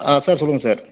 ஆ sir சொல்லுங்கள் sir